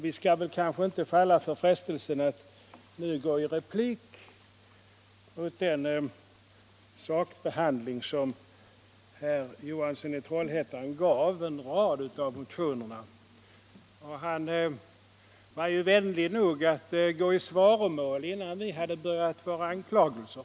Vi skall kanske inte falla för frestelsen att nu börja med repliker beträffande den sakbehandling som herr Johansson i Trollhättan gav en rad reservationer. Han var vänlig nog att gå i svaromål innan vi börjat våra anklagelser.